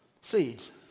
Seeds